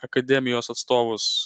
akademijos atstovus